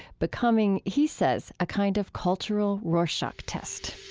becoming, he says, a kind of cultural rorschach test